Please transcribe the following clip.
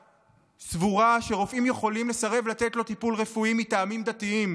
שסבורה שרופאים יכולים לסרב לתת לו טיפול רפואי מטעמים דתיים?